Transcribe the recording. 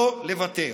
לא לוותר.